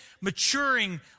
maturing